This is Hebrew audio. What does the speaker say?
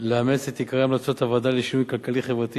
לאמץ את עיקרי המלצות הוועדה לשינוי כלכלי-חברתי